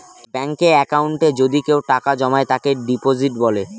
ব্যাঙ্কে একাউন্টে যদি কেউ টাকা জমায় তাকে ডিপোজিট বলে